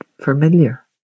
familiar